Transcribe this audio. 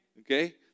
okay